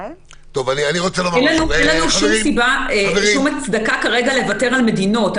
אין לנו שום הצדקה כרגע לוותר על מדינות.